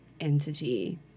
entity